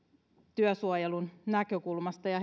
työsuojelun näkökulmasta ja